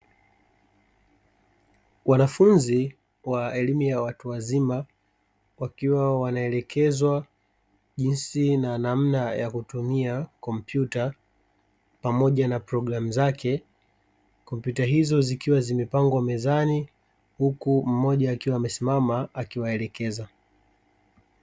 Wanafunzi wa elimu ya watu wazima wakiwa wanaelekezwa jinsi na namna ya kutumia kompyuta pamoja na programu zake, kompyuta hizo zikiwa zimepangwa mezani huku mmoja akiwa amesimama akiwaelekeza.